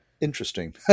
interesting